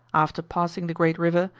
after passing the great river,